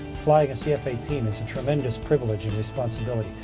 flying a cf eighteen is a tremendous privilege and responsibility.